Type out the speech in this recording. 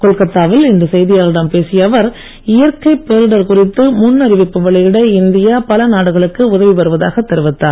கொல்கொத்தாவில் இன்று செய்தியாளர்களிடம் பேசிய அவர் இயற்கை பேரிடர் குறித்து முன்னறிவிப்பு வெளியிட இந்தியா பல நாடுகளுக்கு உதவி வருவதாக தெரிவித்தார்